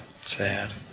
sad